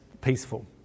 peaceful